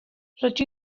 rydw